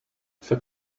for